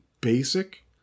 basic